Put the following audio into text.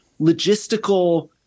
logistical